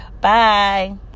Bye